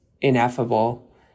ineffable